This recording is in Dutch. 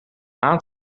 aan